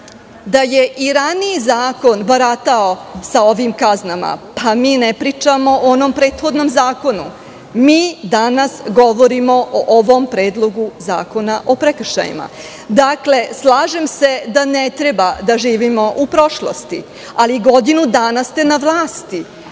da je i raniji zakon baratao sa ovim kaznama. Mi ne pričamo o onom prethodnom zakonu. Danas govorimo o ovom predloga zakona o prekršajima. Slažem se da ne treba da živimo u prošlosti, ali godinu dana ste na vlasti.